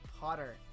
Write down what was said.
Potter